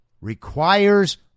requires